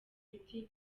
imiti